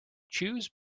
choose